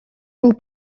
был